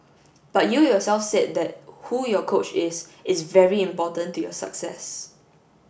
but you yourself said that who your coach is is very important to your success